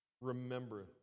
Remember